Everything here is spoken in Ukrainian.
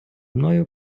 мною